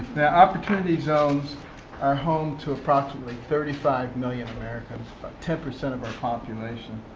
now, opportunity zones are home to approximately thirty five million americans about ten percent of our population.